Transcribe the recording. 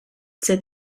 said